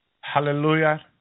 Hallelujah